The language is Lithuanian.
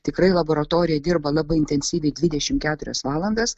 tikrai laboratorija dirba labai intensyviai dvidešimt keturias valandas